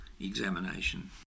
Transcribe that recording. examination